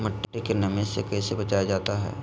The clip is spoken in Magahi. मट्टी के नमी से कैसे बचाया जाता हैं?